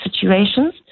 situations